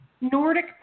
Nordic